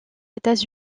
états